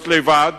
להיות לבד,